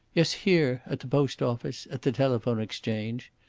yes, here at the post office at the telephone exchange.